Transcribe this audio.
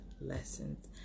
lessons